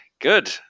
Good